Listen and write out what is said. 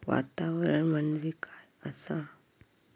वातावरण म्हणजे काय आसा?